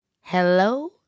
hello